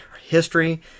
history